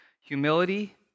Humility